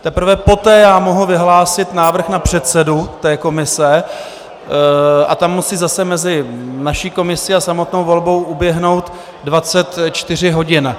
Teprve poté mohu vyhlásit návrh na předsedu té komise a tam musí zase mezi naší komisí a samotnou volbou uběhnout 24 hodin.